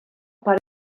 pare